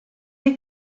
dei